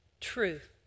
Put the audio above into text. truth